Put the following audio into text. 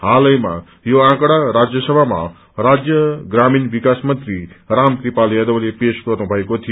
हालैमा यो आँकड़ा राज्यसभामा राज्य ग्रामीण विकास मंत्री राम कृपाल यादवले पेश गर्नु भएको थियो